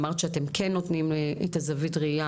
אמרת שאתם כן נותנים את זווית הראייה